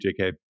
JK